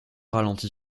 ralentit